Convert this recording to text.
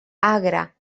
agra